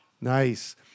Nice